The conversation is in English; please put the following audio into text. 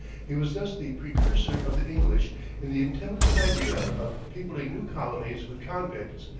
he was thus the precursor of the english in the intelligent idea of peopling new colonies with convicts,